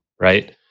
Right